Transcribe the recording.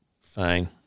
Fine